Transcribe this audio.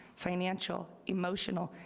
financial, emotional,